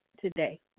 today